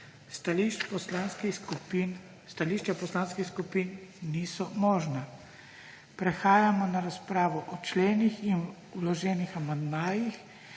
stališča poslanskih skupin niso možna. Prehajamo na razpravo o členih in vloženih amandmajih,